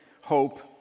hope